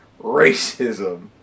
racism